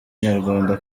nyarwanda